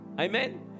Amen